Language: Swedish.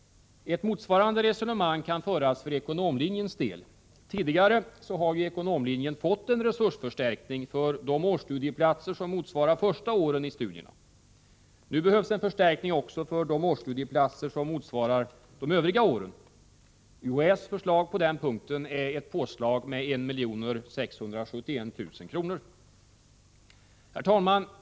Ett motsvarande resonemang kan föras för ekonomlinjen. Tidigare har ekonomlinjen fått en resursförstärkning för de årsstudieplatser som motsvarar första året i studierna. Nu behövs en förstärkning också för de årsstudieplatser som motsvarar de övriga åren. UHÄ:s förslag på denna punkt är ett påslag med 1 671 000 kr. Herr talman!